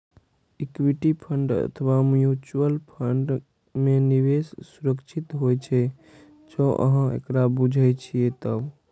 equity fund अथवा mutual fund मे निवेश सुरक्षित होइ छै, जौं अहां एकरा बूझे छियै तब